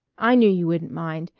i knew you wouldn't mind.